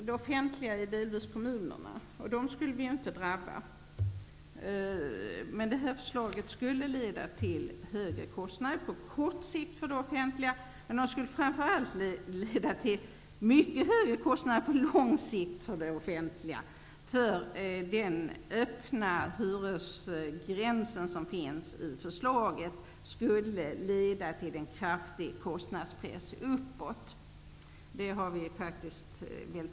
Det offentliga består delvis av kommunerna, och de skulle ju inte drabbas. Förslaget skulle på kort sikt leda till högre kostnader för det offentliga området, men framför allt leda till mycket högre kostnader på lång sikt för det offentliga. Den öppna hyresgräns som finns i förslaget skulle nämligen leda till en kraftig kostnadspress uppåt.